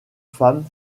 femme